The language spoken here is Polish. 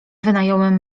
wynająłem